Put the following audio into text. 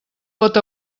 pot